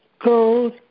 gold